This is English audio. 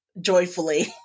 joyfully